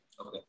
Okay